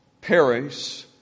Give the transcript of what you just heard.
paris